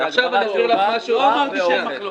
לא נאמר שאין מחלוקת.